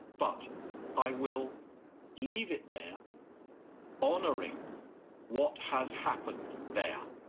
but i will leave it there honoring what has happened there.